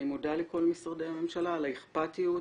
אני מודה לכל משרדי הממשלה על האכפתיות,